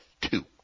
two